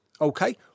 Okay